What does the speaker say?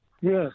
Yes